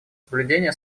соблюдения